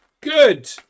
Good